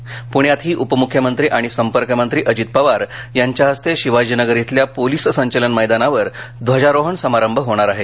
प्ण्यातही उपम्ख्यमंत्री आणि संपर्कमंत्री अजित पवार यांच्या हस्ते शिवाजीनगर इथल्या पोलीस संचलन मैदानावर ध्वजारोहण समारंभ होणार आहे